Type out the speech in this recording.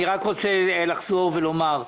אני רוצה לחזור ולומר,